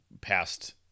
past